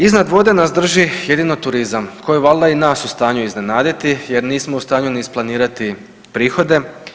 Iznad vode nas drži jedino turizam koji je valjda i nas u stanju iznenaditi, jer nismo u stanju ni isplanirati prihode.